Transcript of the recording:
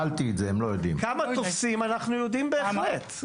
כמה תוספים אנחנו יודעים בהחלט.